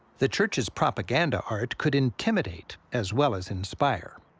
the church's propaganda art could intimidate as well as inspire.